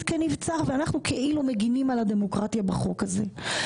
לממשלה כנבצר ואנחנו כאילו מגינים על הדמוקרטיה בחוק הזה.